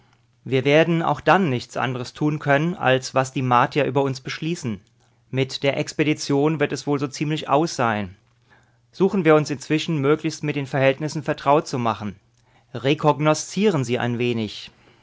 wir werden auch dann nichts anderes tun können als was die martier über uns beschließen mit der expedition wird es wohl so ziemlich aus sein suchen wir uns inzwischen möglichst mit den verhältnissen vertraut zu machen rekognoszieren sie ein wenig